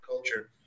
culture